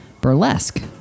burlesque